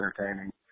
entertaining